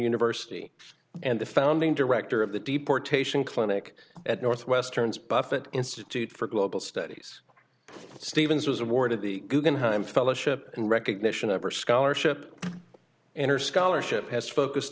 university and the founding director of the deportation clinic at northwestern is buffet institute for global studies stevens was awarded the guggenheim fellowship and recognition ever scholarship and her scholarship has focused